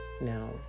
now